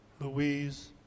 Louise